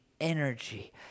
energy